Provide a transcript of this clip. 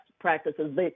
practices